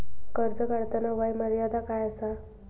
कर्ज काढताना वय मर्यादा काय आसा?